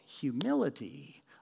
humility